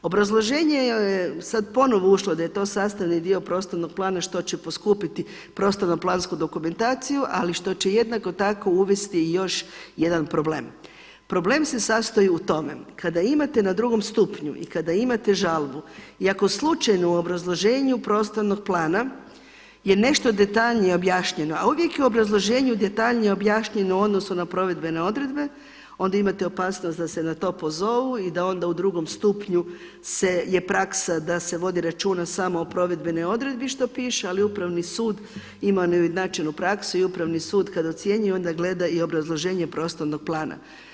U obrazloženje je sada ponovo ušlo da je to sastavni dio prostornog plana što će poskupiti prostorno plansku dokumentaciju, ali što će jednako tako uvesti i još jedan problem. problem se sastoji u tome, kada imate na drugom stupnji i kada imate žalbu i ako slučajno u obrazloženju prostornog plana je nešto detaljnije objašnjeno, a uvijek je u obrazloženju detaljnije objašnjeno u odnosu na provedbene odredbe onda imate opasnost da se na to pozovu i da onda u drugom stupnju je praksa da se vodi računa samo o provedbenoj odredbi što piše, ali Upravni sud ima neujednačenu praksu i Upravni sud kada ocjenjuje onda gleda i obrazloženje prostornog plana.